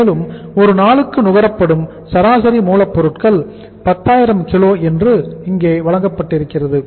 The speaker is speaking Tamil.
மேலும் ஒரு நாளுக்கு நுகரப்படும் சராசரி மூலப்பொருட்கள் 10000 கிலோ என்று இங்கே நமக்கு வழங்கப்படுகிறது